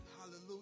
hallelujah